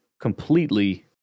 completely